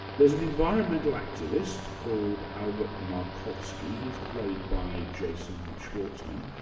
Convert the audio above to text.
there's an environment activist called albert markovsky. he's played by jason schwartzman,